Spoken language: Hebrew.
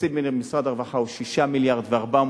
תקציב משרד הרווחה הוא 6.4 מיליארד.